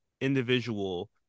individual